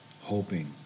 hoping